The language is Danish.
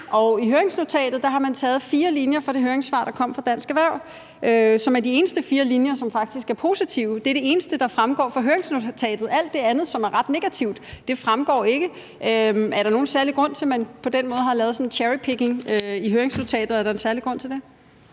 og i høringsnotatet har man taget fire linjer fra det høringssvar, der kom fra Dansk Erhverv, og som er de eneste fire linjer, som faktisk er positive. Det er det eneste, der fremgår af høringsnotatet. Alt det andet, som er ret negativt, fremgår ikke. Er der nogen særlig grund til, at man på den måde har lavet sådan en cherrypicking i høringsnotatet? Er der en særlig grund til det?